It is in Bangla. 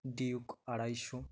ডিউক আড়াইশো